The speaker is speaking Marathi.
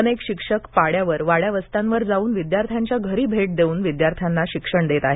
अनेक शिक्षक पाड्यावर वाड्या वस्त्यांवर जाऊन विद्यार्थ्यांच्या घरी भेट देऊन विद्यार्थ्यांना शिक्षण देत आहेत